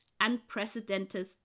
unprecedented